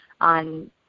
on